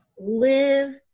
Live